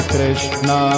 Krishna